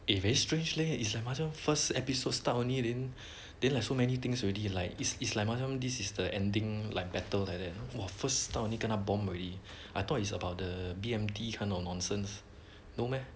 eh very strange leh is like macam first episode start only then then like so many things already like macam this is the ending like battle like that !wah! first town already kena bomb already I thought it's about the B_M_T kind of nonsense no meh